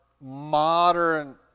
modern